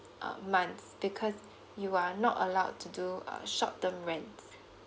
uh months because you are not allowed to do a short term rent